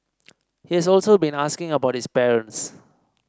he has also been asking about his parents